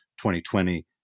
2020